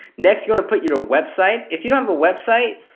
next you and put your ah website. if you dont have a website,